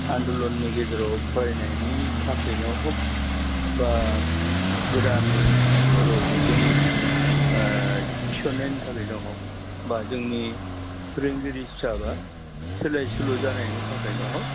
आन्दलननि गेजेराव फरायनायनि थाखायनो हक बा गोदानै बर' बिजों थिसननायनि थाखायनो हक बा जोंनि फोरोंगिरि स्टाफआ सोलायसोल' जानायनि थाखायनो हक